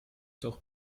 doch